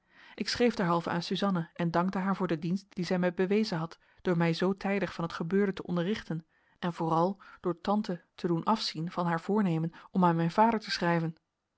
ik schreef derhalve aan suzanna en dankte haar voor den dienst dien zij mij bewezen had door mij zoo tijdig van het gebeurde te onderrichten en vooral door tante te doen afzien van haar voornemen om aan mijn vader te schrijven